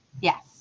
Yes